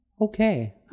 Okay